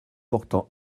portant